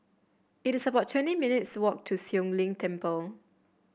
it is about twenty minutes' walk to Siong Lim Temple